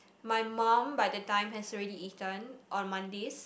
my mum by the time has already eaten on Mondays